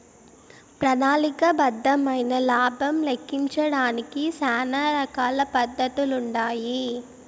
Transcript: ప్రణాళిక బద్దమైన లాబం లెక్కించడానికి శానా రకాల పద్దతులుండాయి